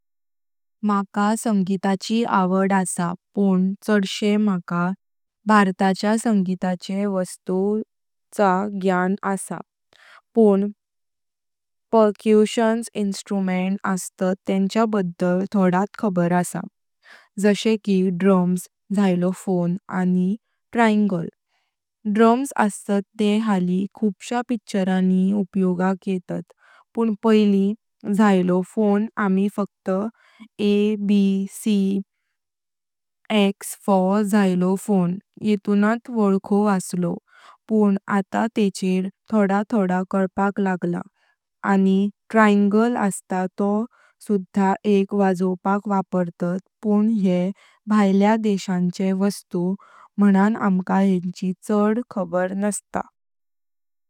मका संगीताची आवड आसं पण चारशें मका भारताच्या संगीताचे वस्तूंचा ज्ञान आसं पण पर्कशन इन्स्ट्रूमेंट्स अस्तात तेंच्या बद्दल थोडात खबर आसं जशें की ड्रम्स, झायलोफोन आनी ट्रायंगल। ड्रम्स अस्तात ते हाली खूब श्यां पिक्चरांनी उपयोगाक येतात पण पैली झायलोफोन आम्ही फक्त ए, बी, सी... झेड वया झायलोफोन येतूनाच वोकहौ असलौं पण आता तेचेर थोडा थोडा कल्पाक लागला। आनी ट्रायंगल अस्तं तो सुधा एक वाजवपात वापरतात पण येह भैयल्या देश्यांचे वस्तु मानू अमका येनची चाद खबर नासतां।